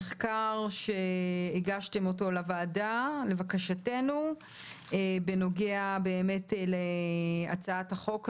מחקר שהוגש לוועדה לבקשתנו בנוגע להצעת החוק הזאת.